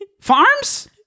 Farms